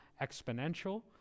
Exponential